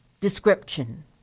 description